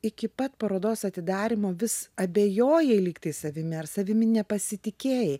iki pat parodos atidarymo vis abejojai likti savimi ar savimi nepasitikėjai